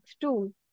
two